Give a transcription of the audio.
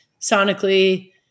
sonically